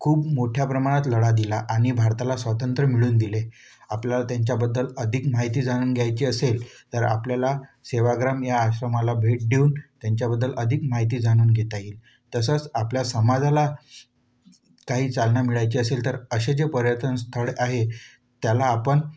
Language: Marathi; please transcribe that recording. खूप मोठ्या प्रमाणात लढा दिला आणि भारताला स्वातंत्र्य मिळवून दिले आपल्याला त्यांच्याबद्दल अधिक माहिती जाणून घ्यायची असेल तर आपल्याला सेवाग्राम या आश्रमाला भेट देऊन त्यांच्याबद्दल अधिक माहिती जाणून घेता येईल तसंच आपल्या समाजाला काही चालना मिळायची असेल तर असे जे पर्यटन स्थळ आहे त्याला आपण